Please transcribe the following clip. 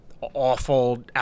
awful